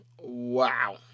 Wow